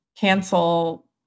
cancel